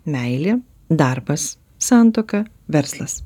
meilė darbas santuoka verslas